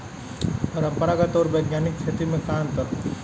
परंपरागत आऊर वैज्ञानिक खेती में का अंतर ह?